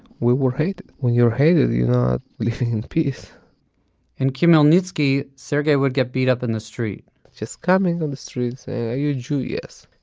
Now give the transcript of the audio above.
we were hated, when you are hated, you are not living in peace in khmelnytskyi, sergey would get beat up in the street just coming on the street saying, are you jew? yes,